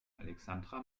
alexandra